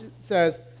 says